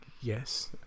Yes